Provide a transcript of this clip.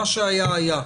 מה שהיה היה,